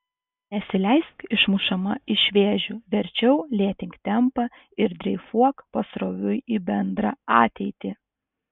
nesileisk išmušama iš vėžių verčiau lėtink tempą ir dreifuok pasroviui į bendrą ateitį